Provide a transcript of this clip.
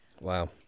wow